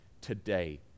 today